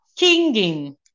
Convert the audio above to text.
kinging